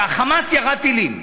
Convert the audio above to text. וה"חמאס" ירה טילים.